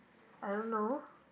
I don't know